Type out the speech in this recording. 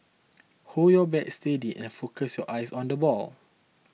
hold your bat steady and focus your eyes on the ball